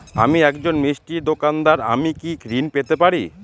আমি একজন মিষ্টির দোকাদার আমি কি ঋণ পেতে পারি?